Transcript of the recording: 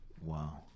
wow